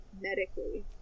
medically